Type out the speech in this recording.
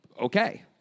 okay